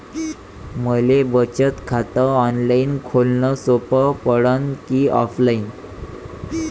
मले बचत खात ऑनलाईन खोलन सोपं पडन की ऑफलाईन?